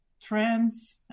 Trends